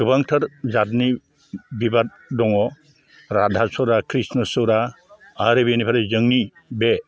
गोबांथार जाथनि बिबार दङ राधासुरा कृष्णसुरा आरो बेनिफ्राय जोंनि बे